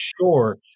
sure